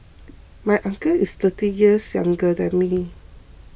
my uncle is thirty years younger than me